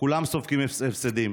כולם סופגים הפסדים.